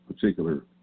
particular